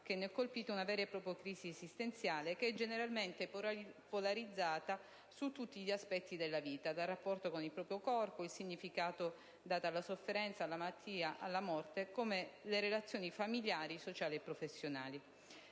che ne è colpita una vera e propria crisi esistenziale, che è generalmente polarizzata su tutti gli aspetti della vita: il rapporto con il proprio corpo, il significato dato alla sofferenza, alla malattia, alla morte, così come le relazioni familiari, sociali e professionali.